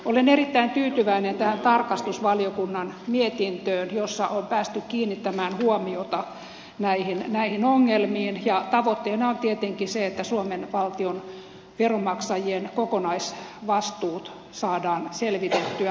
olen erittäin tyytyväinen tähän tarkastusvaliokunnan mietintöön jossa on päästy kiinnittämään huomiota näihin ongelmiin ja tavoitteena on tietenkin se että suomen valtion veronmaksajien kokonaisvastuut saadaan selvitettyä luotettavalla tavalla